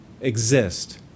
exist